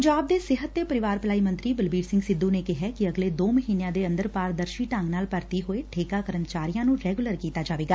ਪੰਜਾਬ ਦੇ ਸਿਹਤ ਤੇ ਪਰਿਵਾਰ ਭਲਾਈ ਮੰਤਰੀ ਬਲਬੀਰ ਸਿੰਘ ਸਿੱਧੁ ਨੇ ਕਿਹੈ ਕਿ ਅਗਲੇ ਦੋ ਮਹੀਨਿਆਂ ਦੇ ਅੰਦਰ ਪਾਰਦਰਸ਼ੀ ਢੰਗ ਨਾਲ ਭਰਤੀ ਹੋਏ ਠੇਕਾ ਕਰਮਚਾਰੀਆਂ ਨੂੰ ਰੈਗੁਲਰ ਕੀਤਾ ਜਾਵੇਗਾ